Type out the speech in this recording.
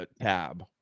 tab